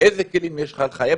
אילו כלים יש לך לחייב?